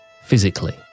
physically